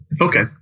Okay